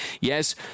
Yes